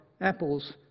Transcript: apples